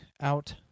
out